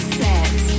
set